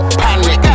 panic